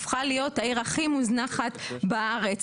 הפכה להיות העיר הכי מוזנחת בארץ.